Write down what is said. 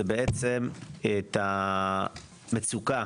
את המצוקה,